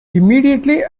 immediately